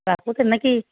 নেকি